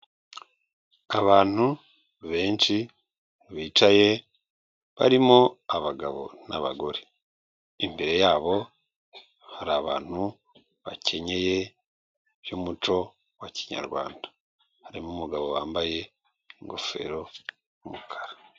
Abantu benshi bicaye, barimo abagabo n'abagore. Imbere yabo hari abantu bakenyeye by'umuco wa Kinyarwanda. Harimo umugabo wambaye ingofero y'umukara.